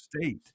state